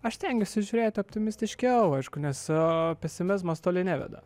aš stengiuosi žiūrėt optimistiškiau aišku nes pesimizmas toli neveda